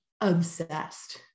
obsessed